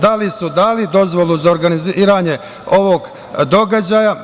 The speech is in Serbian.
Da li su dali dozvolu za organizovanje ovog događaja?